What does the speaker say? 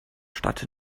stadt